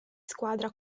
squadra